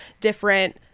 different